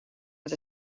het